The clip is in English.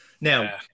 Now